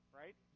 right